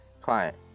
client